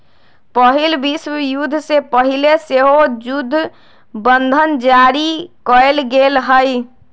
पहिल विश्वयुद्ध से पहिले सेहो जुद्ध बंधन जारी कयल गेल हइ